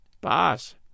Boss